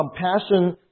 compassion